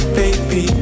baby